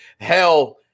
Hell